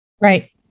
Right